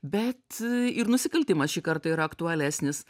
bet ir nusikaltimas šį kartą yra aktualesnis